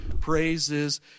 praises